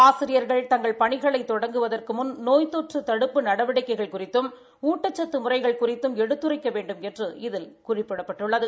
ஆசிரியர்கள் தங்கள் பணிகளை தொடங்குவதற்கு முன் நோய் தொற்று தடுப்பு நடவடிக்கைகள் குறித்தும் ஊட்டச்சத்து முறைகள் குறித்தும் எடுத்துரைக்க வேண்டுமென்று இதில் குறிப்பிடப்பட்டுள்ளது